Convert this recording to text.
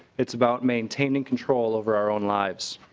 it's about maintaining control over our own lives.